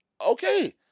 Okay